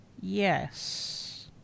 Yes